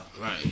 Right